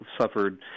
suffered